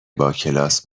باکلاس